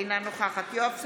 אינה נוכחת יואב